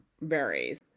varies